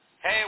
Hey